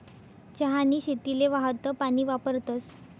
चहानी शेतीले वाहतं पानी वापरतस